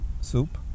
soup